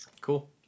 cool